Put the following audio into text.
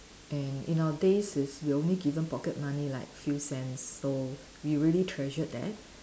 and in our days is we are only given pocket money like few cents so we really treasured that